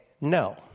no